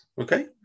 Okay